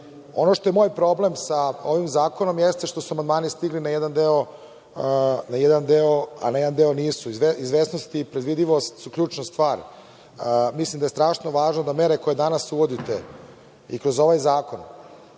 što je moj problem sa ovim zakonom jeste što su amandmani stigli na jedan deo, a na jedan deo nisu. Izvesnost i predvidivost su stručna stvar. Mislim da je strašno važno da mere koje danas uvodite i kroz ovaj zakon